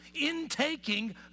intaking